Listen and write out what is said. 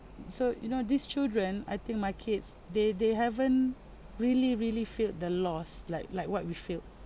so you know these children I think my kids they they haven't really really feel the loss like like what we feel